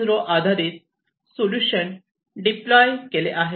0 आधारित solution deploy केले आहेत